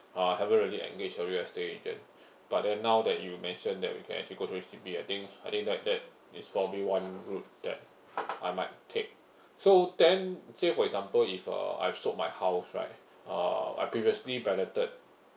uh I haven't really engage a real estate agent but then now that you mention that we can actually go through H_D_B I think I think that that is probably one would that I might take so then say for example if uh I sold my house right uh I previously balloted